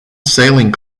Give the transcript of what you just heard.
sailing